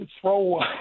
throw